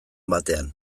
batean